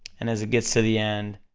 and as it gets to the end,